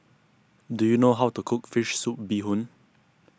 do you know how to cook Fish Soup Bee Hoon